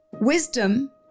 wisdom